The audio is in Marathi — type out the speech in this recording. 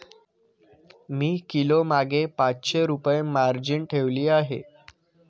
मी किलोमागे पाचशे रुपये मार्जिन ठेवली आहे